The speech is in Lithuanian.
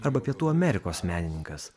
arba pietų amerikos menininkas